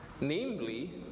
Namely